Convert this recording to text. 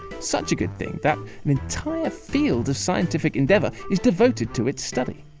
such a good thing that an entire field of scientific endeavor is devoted to its study.